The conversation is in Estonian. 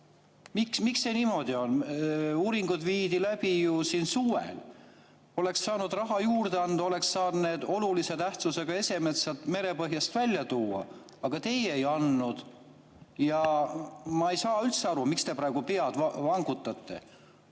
Miks see niimoodi on? Uuringud viidi läbi ju suvel. Oleks saanud raha juurde anda, oleks saanud olulise tähtsusega esemed sealt merepõhjast välja tuua, aga teie ei andnud. Ja ma ei saa üldse aru, miks te praegu pead vangutate.